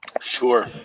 Sure